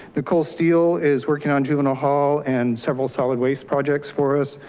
nicole steele is working on juvenile hall and several solid waste projects for us.